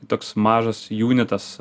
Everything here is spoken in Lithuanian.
toks mažas junitas